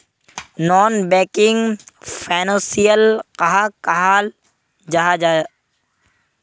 Non banking financial कहाक कहाल जाहा जाहा?